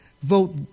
vote